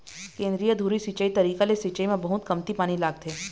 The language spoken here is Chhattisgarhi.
केंद्रीय धुरी सिंचई तरीका ले सिंचाई म बहुत कमती पानी लागथे